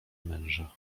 męża